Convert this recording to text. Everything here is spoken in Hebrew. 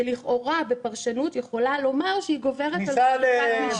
שלכאורה בפרשנות יכולה לומר שהיא גוברת על חקיקת משנה.